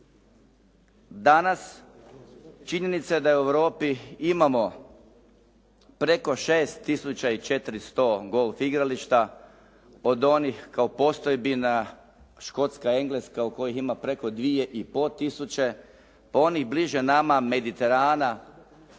Danas činjenica je da u Europi imamo preko 6 400 golf igrališta od onih kao postojbina, Škotska, Engleska u kojih ima preko 2 500, onih bliže nama Mediterana,